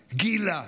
גילה,